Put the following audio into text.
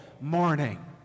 morning